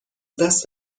دست